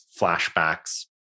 flashbacks